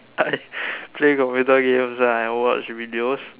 I play computer games and I watch videos